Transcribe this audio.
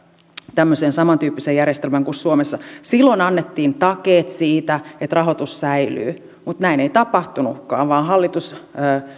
tämmöiseen samantyyppiseen järjestelmään kuin suomessa silloin annettiin takeet siitä että rahoitus säilyy mutta näin ei tapahtunutkaan vaan hallitus